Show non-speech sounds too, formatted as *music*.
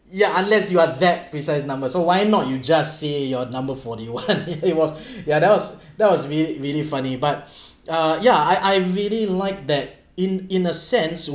ya unless you are that precise numbers so why not you just say your number forty one *laughs* yeah it was yeah that was that was really really funny but uh yeah I I really like that in in a sense